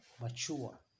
mature